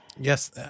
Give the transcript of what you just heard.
Yes